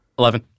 eleven